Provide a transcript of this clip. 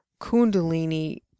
kundalini